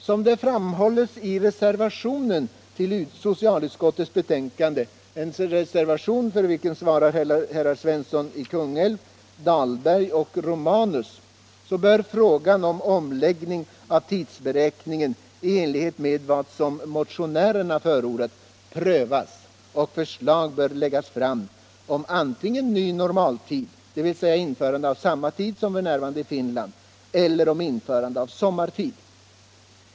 Som det framhålls i den reservation som herrar Svensson i Kungälv, Dahlberg och Romanus har fogat till socialutskottets betänkande bör frågan om omläggning av tidsberäkningen i enlighet med vad vi motionärer förordat prövas och förslag bör läggas fram om antingen ny normaltid, dvs. införande av samma tid man f. n. har i Finland, eller införande av sommartid.